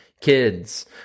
kids